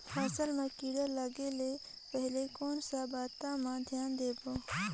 फसल मां किड़ा लगे ले पहले कोन सा बाता मां धियान देबो?